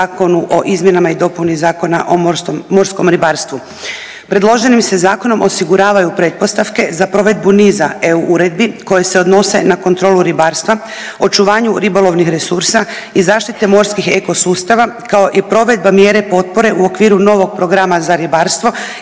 o izmjenama i dopuni Zakona o morskom ribarstvu. Predloženim se zakonom osiguravaju pretpostavke za provedbu niza eu uredbi koje se odnose na kontrolu ribarstva, očuvanju ribolovnih resursa i zaštite morskih ekosustava, kao i provedba mjere potpore u okviru novog programa za ribarstvo